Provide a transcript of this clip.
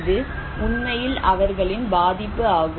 இது உண்மையில் அவர்களின் பாதிப்பு ஆகும்